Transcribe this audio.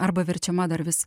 arba verčiama dar vis